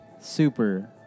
Super